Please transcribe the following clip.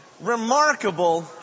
remarkable